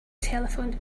telephoned